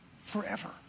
forever